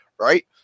right